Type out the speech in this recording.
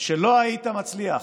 שלא היית מצליח,